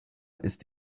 ist